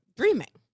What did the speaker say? dreaming